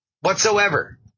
whatsoever